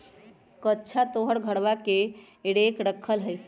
कअच्छा तोहर घरवा पर रेक रखल हई?